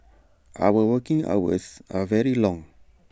our working hours are very long